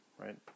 right